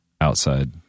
outside